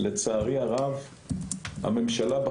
הזה.